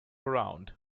around